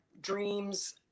dreams